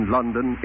London